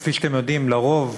כפי שאתם יודעים, לרוב,